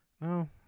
No